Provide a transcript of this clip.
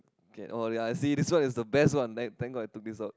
can oh ya see this one is the best one thank thank god I took this out